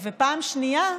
פעם שנייה,